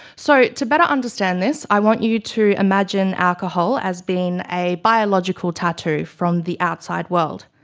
so to better understand this, i want you to imagine alcohol as being a biological tattoo from the outside world,